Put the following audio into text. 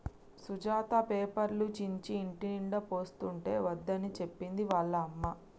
సుజాత పేపర్లు చించి ఇంటినిండా పోస్తుంటే వద్దని చెప్పింది వాళ్ళ అమ్మ